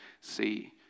see